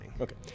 Okay